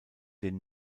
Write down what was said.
den